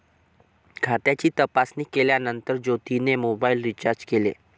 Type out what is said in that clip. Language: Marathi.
खात्याची तपासणी केल्यानंतर ज्योतीने मोबाइल रीचार्ज केले